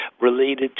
related